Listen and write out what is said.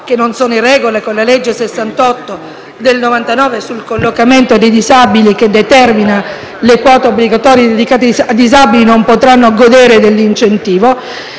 che non sono in regola con la legge n. 68 del 1999 sul collocamento dei disabili, che determina le quote obbligatorie dedicate ai disabili, non potranno godere dell'incentivo.